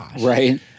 Right